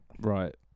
right